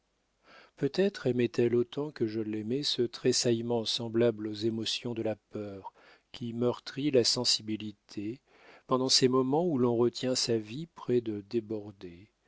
peut-être aimait-elle autant que je l'aimais ce tressaillement semblable aux émotions de la peur qui meurtrit la sensibilité pendant ces moments où l'on retient sa vie près de déborder